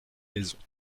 maisons